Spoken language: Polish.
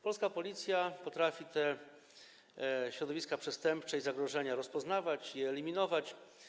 Polska Policja potrafi te środowiska przestępcze i zagrożenia rozpoznawać i eliminować.